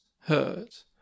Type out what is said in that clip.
hurt